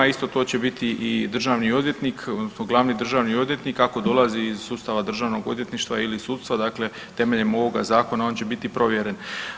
Isto to će biti i državni odvjetnik odnosno glavni državni odvjetnik ako dolazi iz sustava državnog odvjetništva ili sudstva, dakle temeljem ovoga zakona on će biti provjeren.